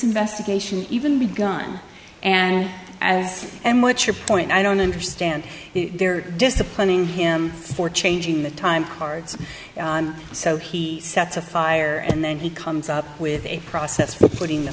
investigation even begun and as and what's your point i don't understand their disciplining him for changing the time cards so he sets a fire and then he comes up with a process fo